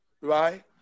right